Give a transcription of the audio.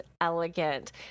elegant